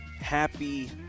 Happy